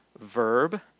verb